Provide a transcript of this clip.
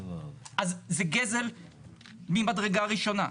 אז זה גזל ממדרגה ראשונה.